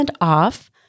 off